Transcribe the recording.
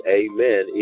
amen